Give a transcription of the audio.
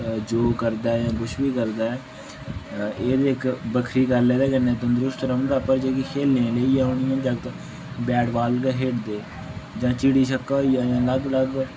योग करदा ऐ जां कुछ बी करदा ऐ एह् ते इक बक्खरी गल्ल ऐ एह्दे कन्नै तंदरुस्त रौंह्दा पर जेह्की खेलने लेई होन जियां जागत बैट बाल गै खेलदे जां चिड़ी छिक्का होई गेआ जां लग्ग लग्ग